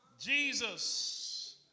Jesus